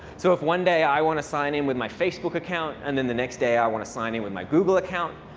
so if one day i want to sign in with my facebook account, and then the next day i want to sign it with my google account,